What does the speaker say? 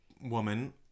woman